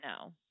no